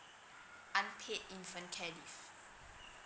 unpaid infant care leave